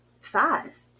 fast